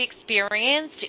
experienced